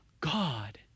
God